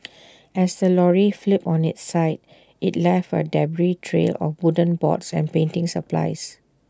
as the lorry flipped on its side IT left A debris trail of wooden boards and painting supplies